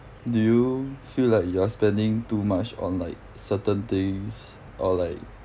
do you feel like you are spending too much on like certain things or like